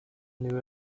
knew